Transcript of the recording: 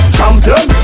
Champion